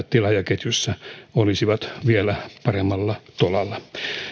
tilaajaketjussa olisivat vielä paremmalla tolalla